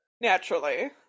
Naturally